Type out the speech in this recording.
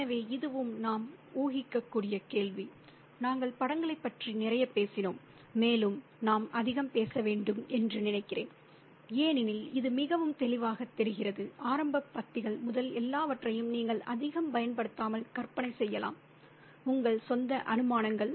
எனவே இதுவும் நாம் ஊகிக்கக்கூடிய கேள்வி நாங்கள் படங்களைப் பற்றி நிறையப் பேசினோம் மேலும் நாம் அதிகம் பேச வேண்டும் என்று நினைக்கிறேன் ஏனெனில் இது மிகவும் தெளிவாகத் தெரிகிறது ஆரம்ப பத்திகள் முதல் எல்லாவற்றையும் நீங்கள் அதிகம் பயன்படுத்தாமல் கற்பனை செய்யலாம் உங்கள் சொந்த அனுமானங்கள்